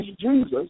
Jesus